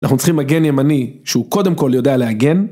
אנחנו צריכים מגן ימני שהוא קודם כל יודע להגן